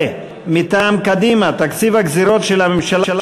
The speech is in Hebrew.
ומטעם קדימה: תקציב הגזירות של הממשלה